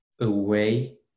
away